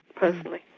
personally.